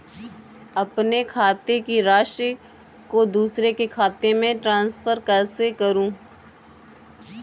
अपने खाते की राशि को दूसरे के खाते में ट्रांसफर कैसे करूँ?